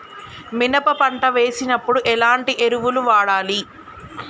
మినప పంట వేసినప్పుడు ఎలాంటి ఎరువులు వాడాలి?